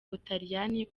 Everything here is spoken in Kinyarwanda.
butaliyani